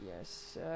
Yes